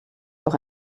auch